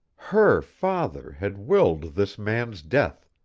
her father, had willed this man's death,